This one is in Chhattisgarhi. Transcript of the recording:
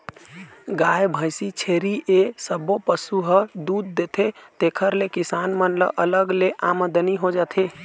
गाय, भइसी, छेरी ए सब्बो पशु ह दूद देथे जेखर ले किसान मन ल अलग ले आमदनी हो जाथे